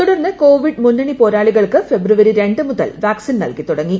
തുടർന്ന് കോവിഡ് മുന്നണി പോരാളികൾക്ക് ഫെബ്രുവരി രണ്ട് മുതൽ വാക്സിൻ നൽകി തുടങ്ങി